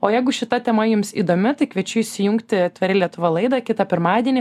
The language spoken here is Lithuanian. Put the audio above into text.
o jeigu šita tema jums įdomi tai kviečiu įsijungti tvari lietuva laidą kitą pirmadienį